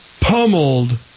pummeled